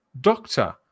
Doctor